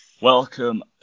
welcome